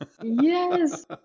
Yes